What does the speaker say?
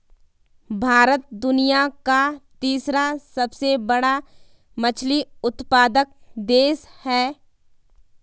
भारत दुनिया का तीसरा सबसे बड़ा मछली उत्पादक देश है